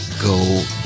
go